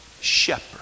shepherd